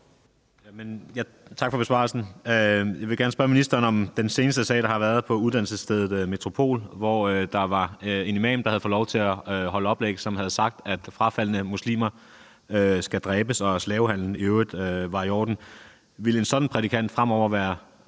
Tak for besvarelsen. Jeg vil gerne spørge ministeren om den seneste sag, der har været på uddannelsesstedet Metropol, hvor der var en imam, der havde fået lov til at holde oplæg, som havde sagt, at frafaldne muslimer skulle dræbes og slavehandel i øvrigt var i orden. Ville en sådan prædikant fremover være